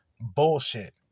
bullshit